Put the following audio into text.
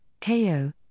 KO